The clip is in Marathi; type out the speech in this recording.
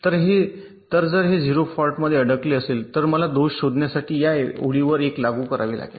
तर जर हे 0 फॉल्टमध्ये अडकले असेल तर मला दोष शोधण्यासाठी या ओळीवर 1 लागू करावे लागेल